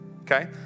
okay